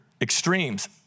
extremes